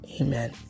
amen